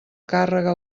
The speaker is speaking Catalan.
càrrega